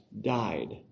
died